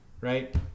right